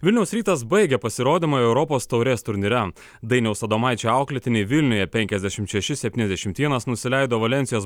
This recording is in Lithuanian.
vilniaus rytas baigė pasirodymą europos taurės turnyre dainiaus adomaičio auklėtiniai vilniuje penkiasdešimt šeši septyniasdešimt vienas nusileido valensijos